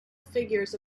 figures